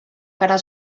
cara